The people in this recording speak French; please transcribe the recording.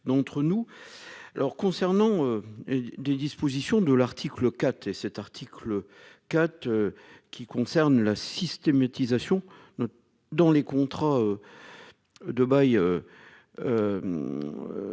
D'entre nous. Alors concernant. Des dispositions de l'article 4 et cet article 4. Qui concerne la systématisation. Dans les contrats. De bail.